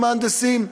גם המהנדסים,